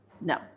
No